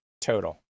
total